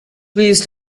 please